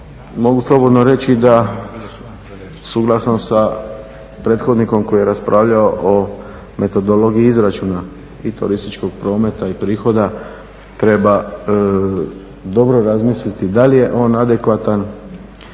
mogu slobodno reći da sam suglasan sa prethodnikom koji je raspravljao o metodologiji izračuna i turističkog prometa i prihoda, treba dobro razmisliti da li je on adekvatan,